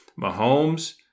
Mahomes